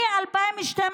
מ-2012.